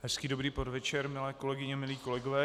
Hezký dobrý podvečer, milé kolegyně, milí kolegové.